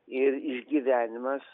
ir išgyvenimas